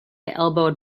elbowed